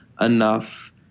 enough